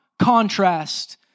contrast